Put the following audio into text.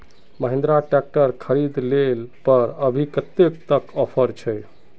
Mahindra tractor खरीद ले पर अभी कतेक तक ऑफर छे?